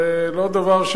זה לא דבר,